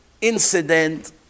incident